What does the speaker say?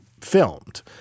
filmed